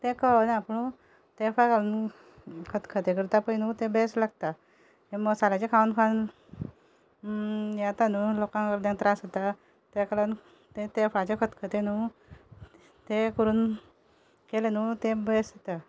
तें कळना पूण तेफळां घालून खतखतें करता पय न्हू तें बेस्ट लागता मसाल्याचें खावून खावून येता न्हू लोकांक अर्द्यांक त्रास जाता तेका लागून तें तेफळांचें खतखतें न्हू तें करून केलें न्हू तें बेस्ट जाता